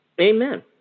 Amen